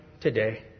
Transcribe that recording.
today